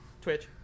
Twitch